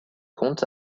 compte